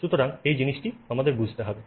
সুতরাং এই জিনিসটি আমাদের বুঝতে হবে